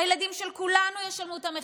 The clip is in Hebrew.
הילדים של כולנו ישלמו את המחיר,